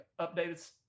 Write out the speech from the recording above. updated